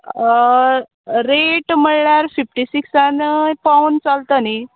rate म्हळ्ळ्यार fifty सिक्सान पोवन चलता न्ही